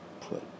put